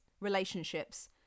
relationships